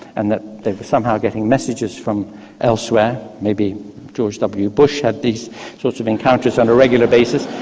and that they were somehow getting messages from elsewhere maybe george w bush had these sorts of encounters on a regular basis